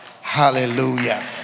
Hallelujah